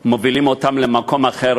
מובילות אותם למקום אחר,